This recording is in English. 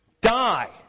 die